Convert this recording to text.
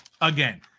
Again